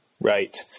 Right